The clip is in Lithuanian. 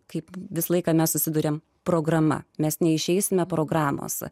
kaip visą laiką mes susiduriame programa mes neišeisime programose